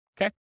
Okay